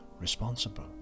responsible